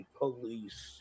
police